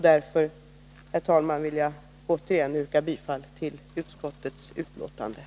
Därför, herr talman, vill jag återigen yrka bifall till utskottets hemställan.